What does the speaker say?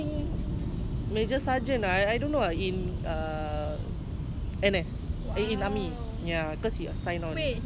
that [one] is navy navy lagi susah malay navy lagi susah